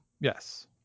Yes